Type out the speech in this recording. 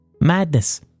Madness